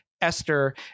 Esther